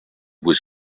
was